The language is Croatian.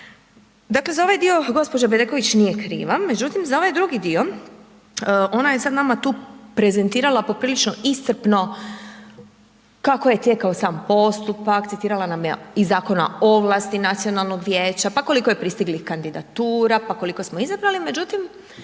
dakle za ovaj dio gđa. Bedeković nije kriva međutim za ovaj drugi dio, ona je sad nama tu prezentirala poprilično iscrpno kako je tijekao sam postupak, citirala nam je iz Zakona o ovlasti nacionalnog vijeća pa koliko je pristiglih kandidatura, pa koliko smo izabrali međutim